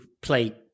play